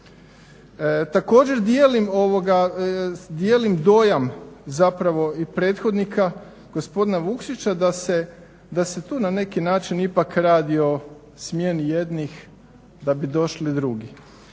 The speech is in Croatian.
Također dijelim dojam zapravo i prethodnika, gospodina Vukšića da se tu na neki način ipak radi o smjeni jednih da bi došli drugi.